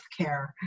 healthcare